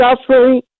suffering